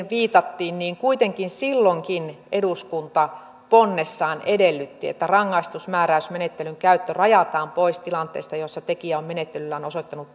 viitattiin niin kuitenkin silloinkin eduskunta ponnessaan edellytti että rangaistusmääräysmenettelyn käyttö rajataan pois tilanteista joissa tekijä on menettelyllään osoittanut